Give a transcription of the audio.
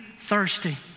thirsty